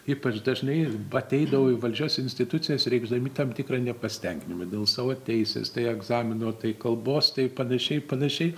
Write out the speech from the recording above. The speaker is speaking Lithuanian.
ypač dažnai ateidavo į valdžios institucijas reikšdami tam tikrą nepasitenkinimą dėl savo teisės tai egzamino tai kalbos tai panašiai panašiai